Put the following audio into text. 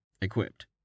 equipped